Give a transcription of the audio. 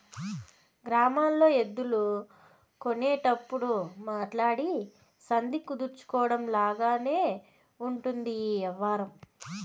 గ్రామాల్లో ఎద్దులు కొనేటప్పుడు మాట్లాడి సంధి కుదర్చడం లాగానే ఉంటది ఈ యవ్వారం